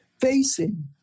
facing